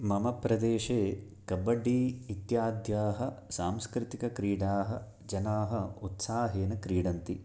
मम प्रदेशे कबड्डि इत्याद्याः सांस्कृतिकक्रीडाः जनाः उत्साहेन क्रीडन्ति